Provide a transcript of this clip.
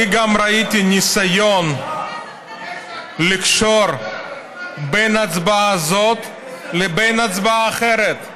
אני גם ראיתי ניסיון לקשור בין ההצבעה הזאת לבין הצבעה אחרת,